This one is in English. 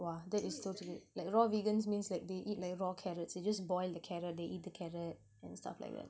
!wah! that is totally like raw vegans means that they eat like raw carrots you just boil the carrot they eat the carrot and stuff like that